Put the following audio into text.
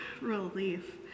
relief